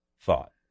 thought